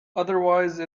otherwise